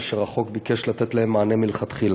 אשר החוק ביקש לתת להן מענה מלכתחילה.